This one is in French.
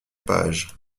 page